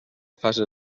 fase